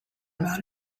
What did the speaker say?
about